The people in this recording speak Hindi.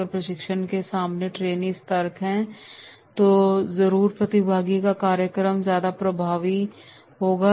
अगर प्रशिक्षण के समय ट्रेनी सतर्क है तो ज़रूर प्रशिक्षण का कार्यक्रम ज़्यादा प्रभावी होगा